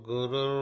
Guru